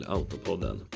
Autopodden